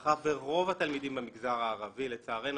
מאחר ורוב התלמידים במגזר הערבי לצערנו